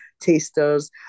tasters